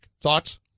Thoughts